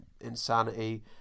insanity